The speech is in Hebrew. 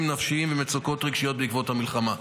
נפשיים ועל מצוקות רגשיות בעקבות המלחמה.